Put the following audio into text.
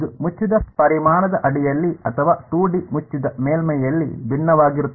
ಇದು ಮುಚ್ಚಿದ ಪರಿಮಾಣದ ಅಡಿಯಲ್ಲಿ ಅಥವಾ 2 ಡಿ ಮುಚ್ಚಿದ ಮೇಲ್ಮೈಯಲ್ಲಿ ಭಿನ್ನವಾಗಿರುತ್ತದೆ